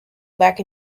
back